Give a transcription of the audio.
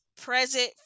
present